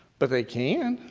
but they can.